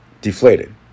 deflated